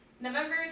November